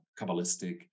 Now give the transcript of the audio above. Kabbalistic